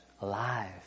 alive